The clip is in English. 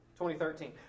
2013